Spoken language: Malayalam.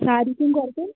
സാരിക്കും കുറയ്ക്കും